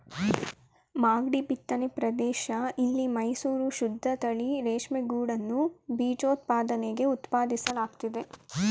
ಮಾಗ್ಡಿ ಬಿತ್ತನೆ ಪ್ರದೇಶ ಇಲ್ಲಿ ಮೈಸೂರು ಶುದ್ದತಳಿ ರೇಷ್ಮೆಗೂಡನ್ನು ಬೀಜೋತ್ಪಾದನೆಗೆ ಉತ್ಪಾದಿಸಲಾಗ್ತಿದೆ